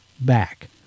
back